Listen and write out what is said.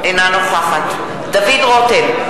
אינה נוכחת דוד רותם,